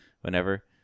whenever